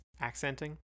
accenting